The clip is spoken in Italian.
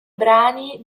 brani